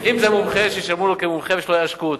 אם זה מומחה, שישלמו לו כמומחה ולא יעשקו אותו.